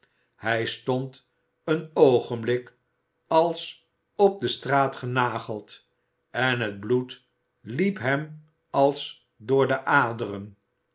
hij stond een oogenblik als op de straat genageld en het bloed liep hem als door de aderen